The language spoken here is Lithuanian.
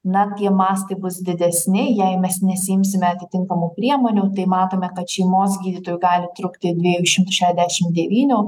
na tie mastai bus didesni jei mes nesiimsime atitinkamų priemonių tai matome kad šeimos gydytojų gali trūkti dviejų šimtų šedešim devynių